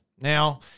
Now